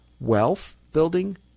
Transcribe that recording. wealth-building